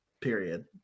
period